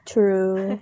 True